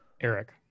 eric